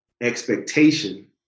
Expectation